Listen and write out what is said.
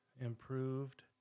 improved